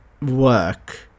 work